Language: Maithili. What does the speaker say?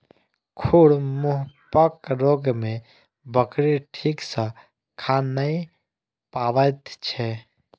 खुर मुँहपक रोग मे बकरी ठीक सॅ खा नै पबैत छै